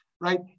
right